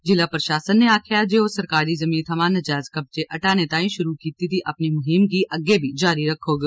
जिला प्रशासन नै आक्खेआ ऐ जे ओह् सरकारी ज़िमी थमां नजैज़ कब्जे हटाने तांई शुरू कीती गेदी अपनी मुहीम गी अग्गै बी जारी रक्खोग